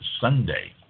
Sunday